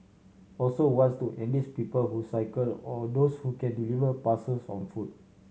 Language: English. also wants to enlist people who cycle or those who can deliver parcels on foot